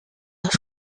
los